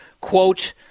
quote